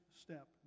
step